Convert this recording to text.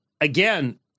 again